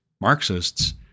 Marxists